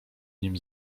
nim